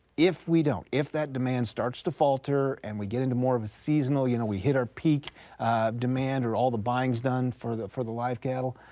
if we don't, if that demand starts to falter and we get into more of a seasonal, you know we hit our peak demand or all the buying is done for the for the live cattle,